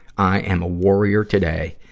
i am a worrier today,